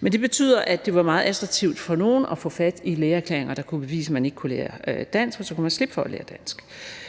Men det betød, at det var meget attraktivt for nogle at få fat i lægeerklæringer, der kunne vise, at man ikke kunne lære dansk, og så kunne man slippe for at lære dansk.